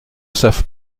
savent